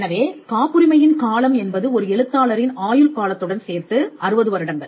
எனவே காப்புரிமையின் காலம் என்பது ஒரு எழுத்தாளரின் ஆயுள் காலத்துடன் சேர்த்து 60 வருடங்கள்